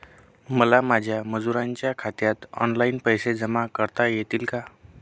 मला माझ्या मजुरांच्या खात्यात ऑनलाइन पैसे जमा करता येतील का?